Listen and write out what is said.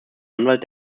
anwalt